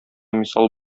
мисал